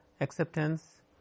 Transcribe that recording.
acceptance